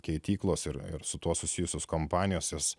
keityklos ir ir su tuo susijusios kompanijos